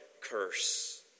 curse